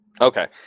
Okay